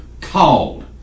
called